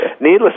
Needless